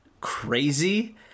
crazy